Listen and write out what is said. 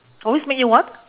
always make you what